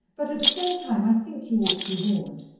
but at the same time i think you ought to be warned.